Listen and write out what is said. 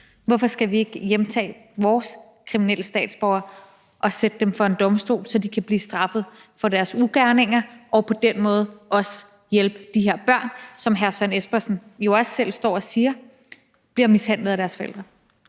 Hvorfor skal vi ikke hjemtage vores kriminelle statsborgere og stille dem for en domstol, så de kan blive straffet for deres ugerninger, og på den måde også hjælpe de her børn, som hr. Søren Espersen jo også selv står og siger bliver mishandlet af deres forældre?